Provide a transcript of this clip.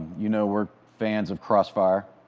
you know, we're fans of crossfire.